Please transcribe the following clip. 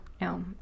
no